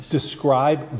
describe